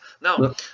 Now